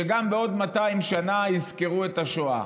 שגם בעוד 200 שנה יזכרו את השואה?